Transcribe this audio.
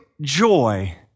joy